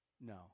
No